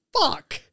Fuck